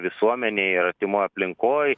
visuomenėj ir artimoj aplinkoj